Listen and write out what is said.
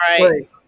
Right